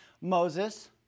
Moses